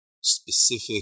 specific